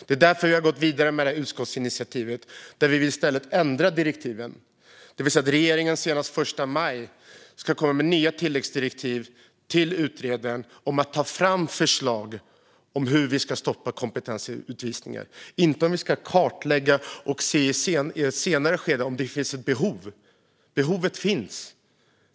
Det är därför vi har gått vidare med utskottsinitiativet där vi vill ändra direktiven, det vill säga att regeringen senast den 1 maj ska komma med nya tilläggsdirektiv till utredaren om att ta fram förslag om hur vi ska stoppa kompetensutvisningar, inte om att vi ska kartlägga och se i ett senare skede om det finns ett behov. Behovet finns.